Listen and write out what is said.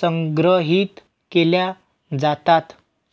संग्रहित केल्या जातात